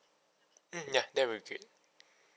mm ya that would be great